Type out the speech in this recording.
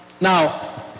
Now